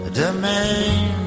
domain